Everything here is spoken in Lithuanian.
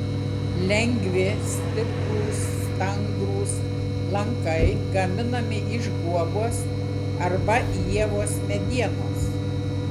lengvi stiprūs stangrūs lankai gaminami iš guobos arba ievos medienos